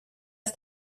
ist